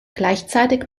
gleichzeitig